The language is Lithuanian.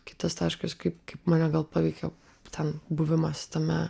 kitas taškas kaip kaip mane gal paveikė ten buvimas tame